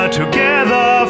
together